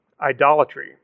idolatry